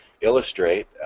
illustrate